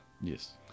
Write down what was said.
Yes